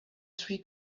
three